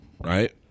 Right